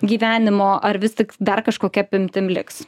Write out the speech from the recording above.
gyvenimo ar vis tik dar kažkokia apimtim liks